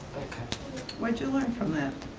what'd you learn from that?